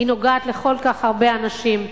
היא נוגעת לכל כך הרבה אנשים,